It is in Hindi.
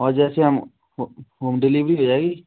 और जैसे हम हो होम डिलीवरी हो जाएगी